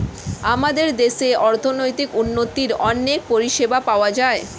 আমাদের দেশে অর্থনৈতিক উন্নতির অনেক পরিষেবা পাওয়া যায়